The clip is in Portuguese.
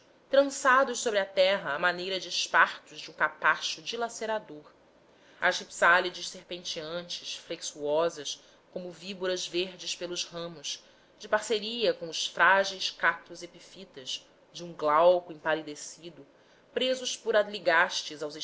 trançados sobre a terra à maneira de espartos de um capacho dilacerador às ripsálides serpeantes flexuosas como víboras verdes pelos ramos de parceria com os frágeis cactos epífitas de um glauco empalecido presos por adligantes aos